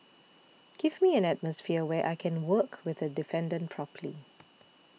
give me an atmosphere where I can work with the defendant properly